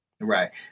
Right